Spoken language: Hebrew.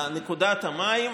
לנקודת המים,